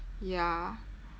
ya